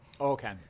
okay